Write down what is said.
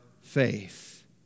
faith